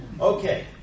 Okay